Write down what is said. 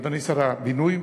אדוני שר הבינוי ,